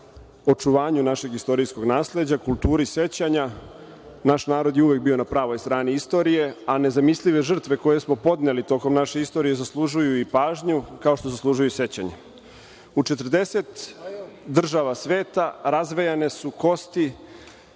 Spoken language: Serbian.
očuvanju našeg istorijskog nasleđa, kulturi sećanja. Naš narod je uvek bio na pravoj strani istorije, a nezamislive žrtve koje smo podneli tokom naše istorije zaslužuju i pažnju, kao što zaslužuju i sećanje.U 40 država sveta razvejane su kosti